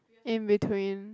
in between